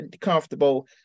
comfortable